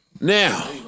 Now